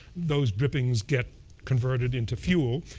those drippings get converted into fuel.